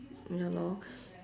ya lor